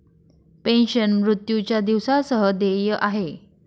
pension, मृत्यूच्या दिवसा सह देय आहे